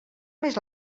més